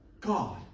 God